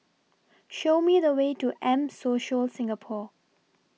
Show Me The Way to M Social Singapore